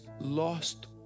lost